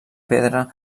pedra